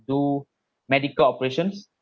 do medical operations